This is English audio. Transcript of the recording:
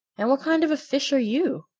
and what kind of a fish are you?